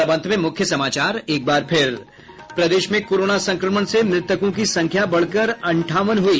और अब अंत में मुख्य समाचार एक बार फिर प्रदेश में कोरोना संक्रमण से मृतकों की संख्या बढ़कर कर अंठावन हुई